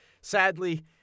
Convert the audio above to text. Sadly